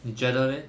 你觉得 leh